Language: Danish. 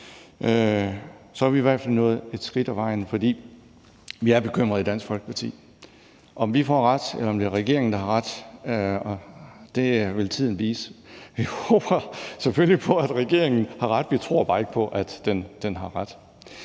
Så er vi i hvert fald nået et skridt ad vejen. For vi er bekymrede i Dansk Folkeparti. Om vi får ret, eller om det er regeringen, der har ret, vil tiden vise. Vi håber selvfølgelig på, at regeringen har ret. Vi tror bare ikke på, at den har ret.